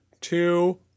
two